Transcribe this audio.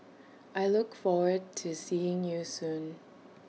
I look forward to seeing you soon